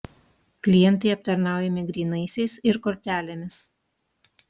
klientai aptarnaujami grynaisiais ir kortelėmis